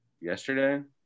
yesterday